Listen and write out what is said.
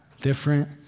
different